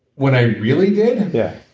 when i really did? yeah